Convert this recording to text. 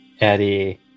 Eddie